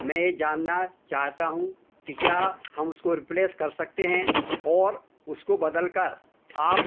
मैं यह जानना चाहता हूँ कि क्या हम उसको रिप्लेस कर सकते हैं और उसको बदलकर आप